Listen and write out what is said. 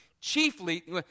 Chiefly